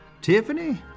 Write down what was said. Tiffany